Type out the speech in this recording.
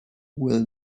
will